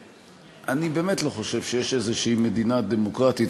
אני באמת לא חושב שיש איזו מדינה דמוקרטית,